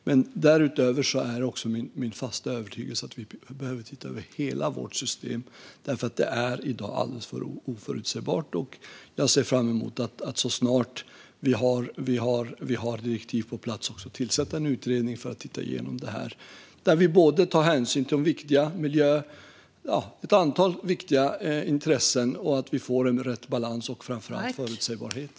Men därutöver är min fasta övertygelse att vi behöver titta över hela vårt system, som i dag är alldeles för oförutsägbart. Jag ser fram emot att så snart vi har direktiv på plats tillsätta en utredning för att titta igenom det här. Där ska vi ta hänsyn till ett antal viktiga intressen, bland annat miljöfrågor, och se till att få rätt balans och framför allt förutsägbarhet.